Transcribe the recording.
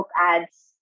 ads